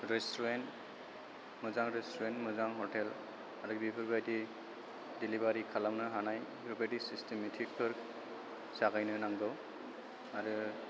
restaurant मोजां restaurant मोजां hotel आरो बेफोरबादि दिलिबारि खालामनो हानाय बेबायदि सिस्टिमेटिकफोर जागायनो नांगौ आरो